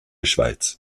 schweiz